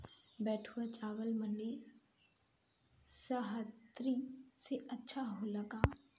बैठुआ चावल ठंडी सह्याद्री में अच्छा होला का?